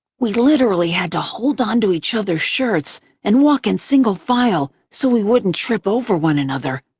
we literally had to hold on to each other's shirts and walk in single file so we wouldn't trip over one another.